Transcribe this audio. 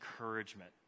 encouragement